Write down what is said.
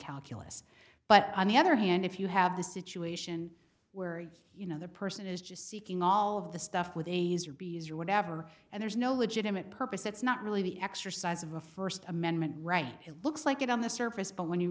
less but on the other hand if you have the situation where you know the person is just seeking all of the stuff with a z or b s or whatever and there's no legitimate purpose it's not really the exercise of a first amendment right it looks like it on the surface but when you